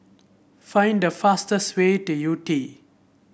find the fastest way to Yew Tee